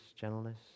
gentleness